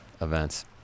events